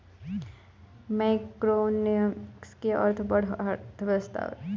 macroeconomics के अर्थ बड़ अर्थव्यवस्था हवे